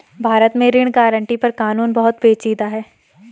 भारत में ऋण गारंटी पर कानून बहुत पेचीदा है